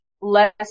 less